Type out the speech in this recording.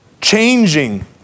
changing